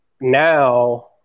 now